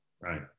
right